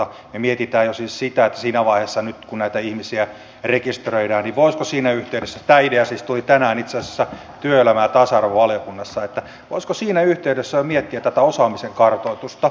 me mietimme jo siis sitä voisiko nyt siinä yhteydessä kun näitä ihmisiä rekisteröidään tämä idea siis tuli tänään itse asiassa työelämä ja tasa arvovaliokunnasta jo miettiä tätä osaamisen kartoitusta